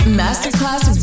masterclass